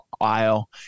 aisle